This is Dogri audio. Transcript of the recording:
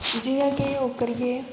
जि'यां कि ओह् करिये